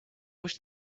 wish